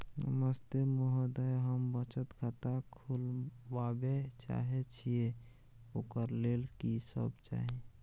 नमस्ते महोदय, हम बचत खाता खोलवाबै चाहे छिये, ओकर लेल की सब चाही?